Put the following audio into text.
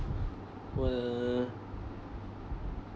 well